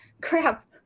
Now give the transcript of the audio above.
Crap